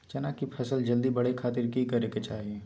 चना की फसल जल्दी बड़े खातिर की करे के चाही?